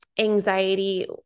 anxiety